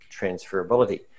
transferability